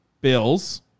Bills